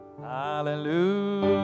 Hallelujah